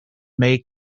make